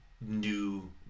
new